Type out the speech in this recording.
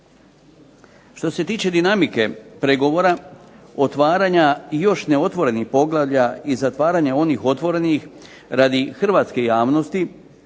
Što se tiče dinamike pregovora otvaranja još neotvorenih poglavlja, i zatvaranje onih otvorenih, radi Hrvatske javnosti